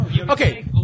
Okay